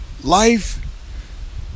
life